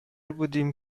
بودیم